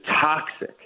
toxic